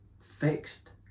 fixed